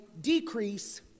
decrease